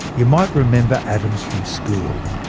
you might remember atoms from school.